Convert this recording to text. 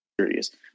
serious